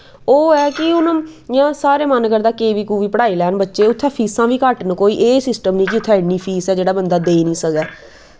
ओह् ऐ कि हून इयां सारें मन करदा के वी कू वी पढ़ाई लैव बच्चे उत्थें फीसां बी घट्ट न कोई एह् सिस्टम नी कि उत्थै इन्नी फीस जेह्ड़ा बंदा देई नी सकदा